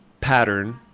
pattern